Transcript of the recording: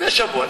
לפני שבוע.